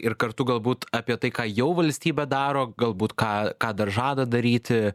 ir kartu galbūt apie tai ką jau valstybė daro galbūt ką ką dar žada daryti